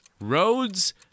roads